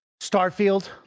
Starfield